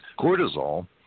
Cortisol